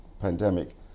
pandemic